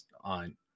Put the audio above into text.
on